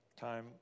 time